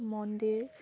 মন্দিৰ